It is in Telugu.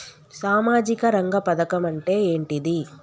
సామాజిక రంగ పథకం అంటే ఏంటిది?